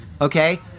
okay